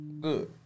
Good